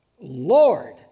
Lord